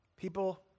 People